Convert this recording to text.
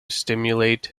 stimulate